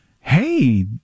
hey